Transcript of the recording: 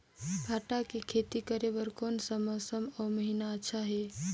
भांटा के खेती करे बार कोन सा मौसम अउ महीना अच्छा हे?